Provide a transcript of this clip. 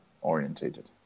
orientated